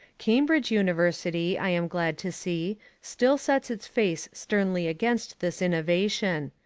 cambridge university, i am glad to see, still sets its face sternly against this innovation.